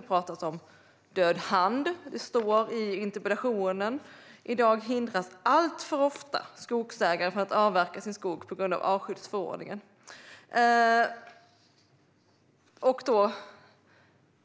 Det talas om en död hand i interpellationen, och det står: "I dag hindras alltför ofta skogsägare från att avverka sin skog på grund av artskyddsförordningen." Vi kan